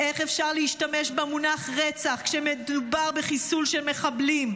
איך אפשר להשתמש במונח "רצח" כשמדובר בחיסול של מחבלים?